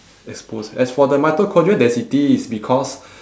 exposed as for the mitochondrial density it's because